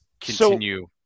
continue